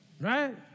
right